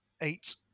eight